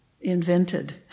invented